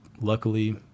luckily